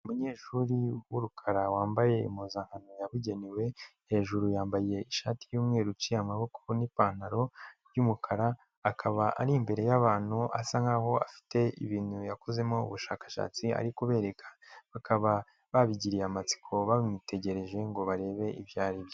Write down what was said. Umunyeshuri w'urukara wambaye impuzankano yabugenewe, hejuru yambaye ishati y'umweru iciye amaboko n'ipantaro y'umukara akaba ari imbere y'abantu asa nkaho afite ibintu yakozemo ubushakashatsi ari kubereka, bakaba babigiriye amatsiko bamwitegereje ngo barebe ibyo aribyo.